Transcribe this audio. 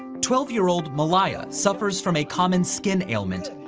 twelve year old malaya suffers from a common skin ailment,